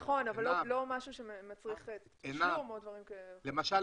נכון, אבל לא משהו שמצריך תשלום או דברים כאלה.